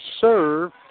serve